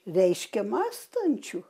reiškia mąstančiu